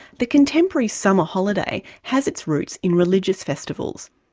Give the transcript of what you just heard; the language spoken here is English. the contemporary summer holiday has its roots in religious festivals.